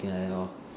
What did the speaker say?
something like that lor